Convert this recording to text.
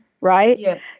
right